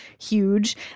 huge